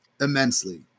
immensely